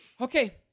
okay